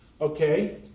Okay